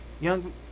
Young